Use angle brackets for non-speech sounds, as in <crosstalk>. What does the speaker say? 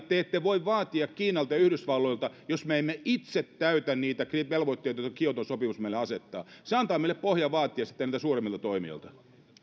<unintelligible> te ette voi vaatia kiinalta ja yhdysvalloilta jos me emme itse täytä niitä velvoitteita joita kioton sopimus meille asettaa se antaa meille pohjaa vaatia sitten näiltä suuremmilta toimijoilta